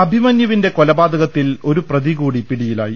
അഭിമന്യുവിന്റെ കൊലപാതകത്തിൽ ഒരുപ്രതികൂടി പിടിയിലായി